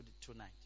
tonight